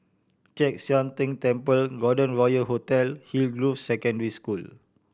Chek Sian Tng Temple Golden Royal Hotel Hillgrove Secondary School